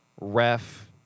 Ref